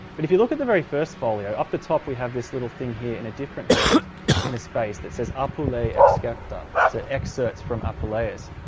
but if you look at the very first folio up the top we have this little thing here in a different hand in a space that says apuleius es captor so excerpts from apuleius.